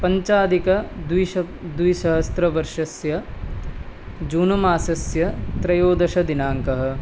पञ्चाधिकद्विसहस्रवर्षस्य June मासस्य त्रयोदशदिनाङ्कः